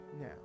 now